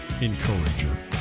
encourager